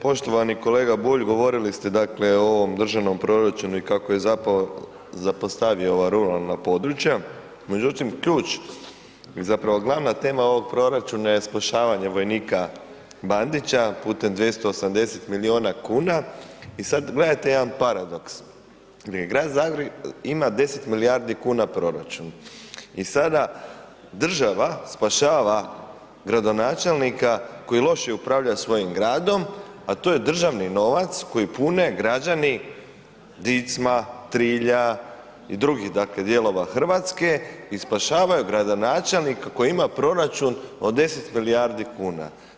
Poštovani kolega Bulj, govorili ste dakle o ovom državnom proračunu i kako je zapravo zapostavio ova ruralna područja, međutim ključ i zapravo glavna tema ovog proračuna je spašavanje vojnika Bandića putem 280 milijuna kuna i sad gledajte jedan paradoks, gdje Grad Zagreb ima 10 milijardi kuna proračun i sada država spašava gradonačelnika koji loše upravlja svojim gradom, a to je državni novac koji pune građani Dicma, Trilja i drugih dakle dijelova RH i spašavaju gradonačelnika koji ima proračun od 10 milijardi kuna.